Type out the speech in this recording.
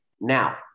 Now